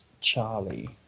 Charlie